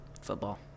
Football